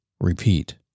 repeat